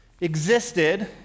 existed